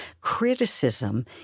Criticism